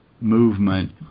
movement